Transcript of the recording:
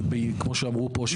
כמו שאמרו פה,